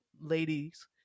ladies